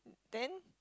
then